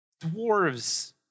Dwarves